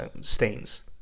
stains